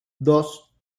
dos